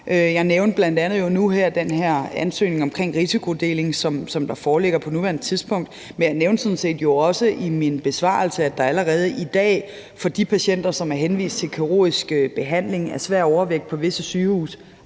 Jeg nævnte nu her bl.a. den ansøgning omkring risikodeling, som der foreligger på nuværende tidspunkt, men jeg nævnte jo sådan set også i min besvarelse, at der allerede i dag for de patienter, som er henvist til kirurgisk behandling af svær overvægt, og som ikke